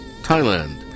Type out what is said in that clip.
Thailand